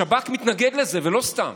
השב"כ מתנגד לזה, ולא סתם.